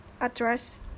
address